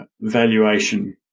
valuation